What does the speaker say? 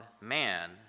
man